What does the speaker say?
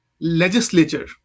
Legislature